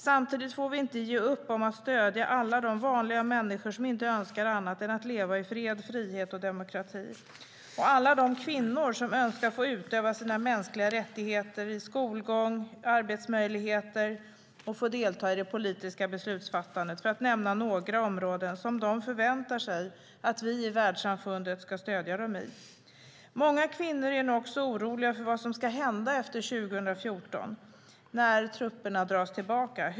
Samtidigt får vi inte ge upp vårt stöd till alla de vanliga människor som inte önskar annat än att leva i fred, frihet och demokrati och till alla de kvinnor som önskar få utöva sina mänskliga rättigheter genom skolgång, arbetsmöjligheter och deltagande i det politiska beslutsfattandet. Detta är några områden där de förväntar sig världssamfundets stöd. Många kvinnor är också oroliga för hur deras säkerhet ska se ut efter 2014 när trupperna dras tillbaka.